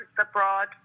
abroad